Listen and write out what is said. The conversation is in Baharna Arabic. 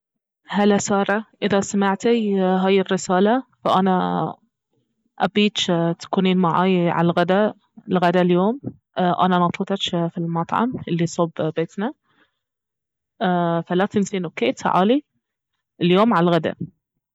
هلا سارة اذا سمعتي هاي الرسالة فانا ابيج تكونين معاي عل الغدا الغدا اليوم انا ناطرتج في المطعم الي صوب بيتنا فلا تنسين اوكي تعالي اليوم على الغدا